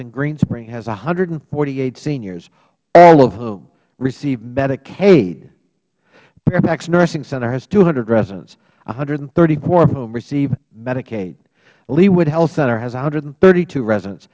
at greenspring has one hundred and forty eight seniors all of whom receive medicaid fairfax nursing center has two hundred residents one hundred and thirty four of whom receive medicaid leewood health center has one hundred and thirty two residents